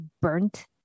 burnt